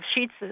sheets